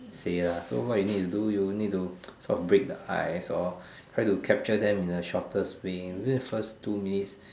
say lah so what you need to do you need to sort of break the ice hor try to capture them in the shortest way within the first two minutes